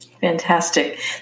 Fantastic